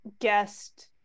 guest